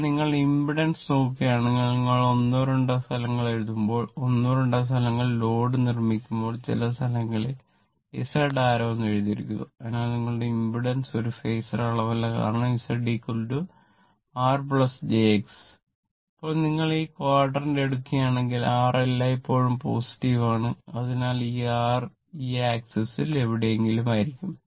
പക്ഷേ നിങ്ങൾ ഇമ്പിഡൻസ് ൽ എവിടെയെങ്കിലും ആയിരിക്കണം